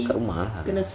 kat rumah ah